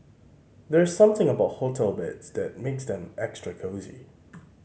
there's something about hotel beds that makes them extra cosy